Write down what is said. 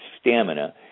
stamina